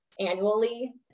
annually